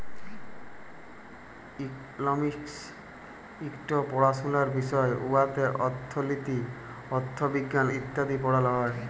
economics ইকট পাড়াশলার বিষয় উয়াতে অথ্থলিতি, অথ্থবিজ্ঞাল ইত্যাদি পড়াল হ্যয়